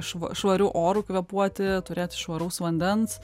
šva švariu oru kvėpuoti turėti švaraus vandens